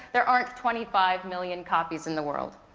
there aren't twenty five million copies in the world,